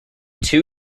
two